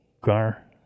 car